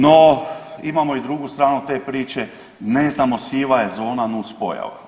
No imamo i drugu stranu te priče ne znamo siva je zona nus pojava.